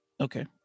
Okay